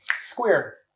Square